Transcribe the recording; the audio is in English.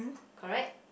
correct